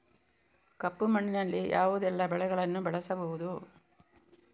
ಕಪ್ಪು ಮಣ್ಣಿನಲ್ಲಿ ಯಾವುದೆಲ್ಲ ಬೆಳೆಗಳನ್ನು ಬೆಳೆಸಬಹುದು?